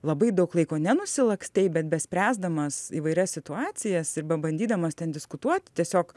labai daug laiko nenusilakstei bet bespręsdamas įvairias situacijas ir bebandydamas ten diskutuoti tiesiog